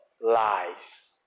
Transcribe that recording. lies